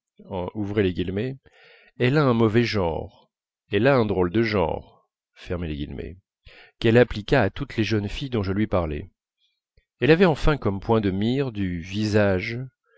les épithètes de elle a un mauvais genre elle a un drôle de genre qu'elle appliqua à toutes les jeunes filles dont je lui parlai elle avait enfin comme point de mire du visage